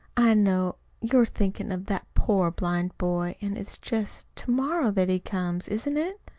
i know you're thinkin' of that poor blind boy. an' it's just to-morrow that he comes, isn't it?